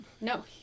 No